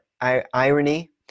irony